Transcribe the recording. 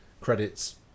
credits